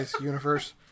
universe